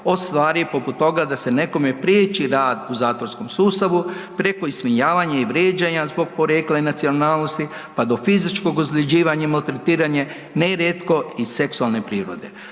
od stvari poput toga da se nekome priječi rad u zatvorskom sustavu preko ismijavanja i vrijeđanja zbog porijekla i nacionalnosti, pa do fizičkog ozljeđivanja i maltretiranja, nerijetko i seksualne prirode.